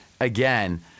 again